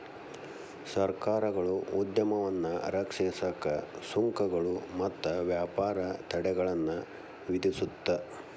ಸರ್ಕಾರಗಳು ಉದ್ಯಮವನ್ನ ರಕ್ಷಿಸಕ ಸುಂಕಗಳು ಮತ್ತ ವ್ಯಾಪಾರ ತಡೆಗಳನ್ನ ವಿಧಿಸುತ್ತ